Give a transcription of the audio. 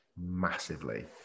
massively